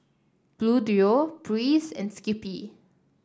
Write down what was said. Bluedio Breeze and Skippy